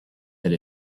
that